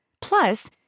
Plus